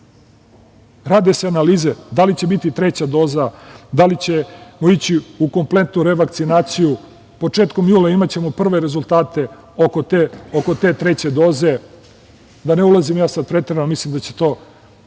se analize da li će biti treća doza, da li ćemo ići u kompletnu revakcinaciju. Početkom jula imaćemo prve rezultate oko te treće doze. Da ne ulazim ja sada preterano, mislim da će to